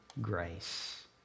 grace